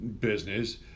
business